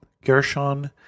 Gershon